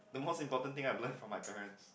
the most important thing I've learn from my parents